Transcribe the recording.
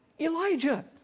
Elijah